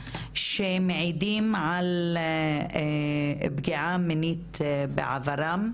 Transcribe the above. זנות שמעידים על פגיעה מינית בעברם,